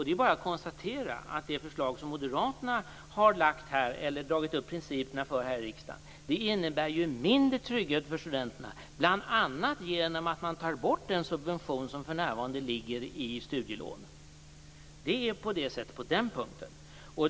Det är bara att konstatera att det förslag som Moderaterna har lagt fram och dragit upp principerna för här i riksdagen innebär mindre trygghet för studenterna, bl.a. genom att man tar bort den subvention som för närvarande ligger i studielånet. På den punkten är det så.